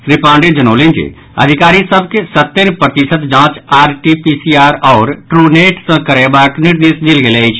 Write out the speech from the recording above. श्री पांडेय जनौलनि जे अधिकारी सभ के सत्तरि प्रतिशत जांच आरटीपीसीआर आओर ट्रूनेट सँ करयबाक निर्देश देल गेल अछि